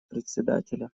председателя